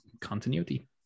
continuity